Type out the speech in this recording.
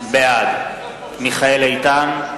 בעד מיכאל איתן,